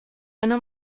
eine